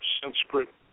Sanskrit